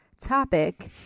topic